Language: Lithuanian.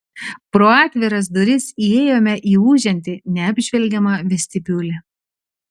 pro atviras duris įėjome į ūžiantį neapžvelgiamą vestibiulį